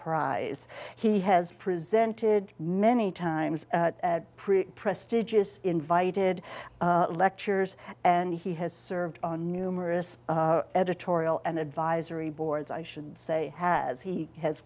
prize he has presented many times prick prestigious invited lectures and he has served on numerous editorial and advisory boards i should say has he has